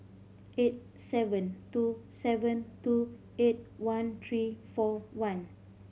eight seven two seven two eight one three four one